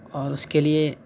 اور اس کے لیے